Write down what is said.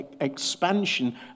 expansion